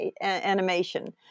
animation